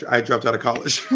i dropped out of college.